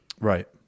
Right